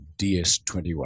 DS21